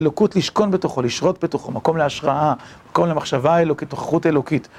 אלוקות לשכון בתוכו, לשרות בתוכו, מקום להשראה, מקום למחשבה אלוקית, תוכחות אלוקית.